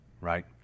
right